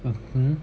mmhmm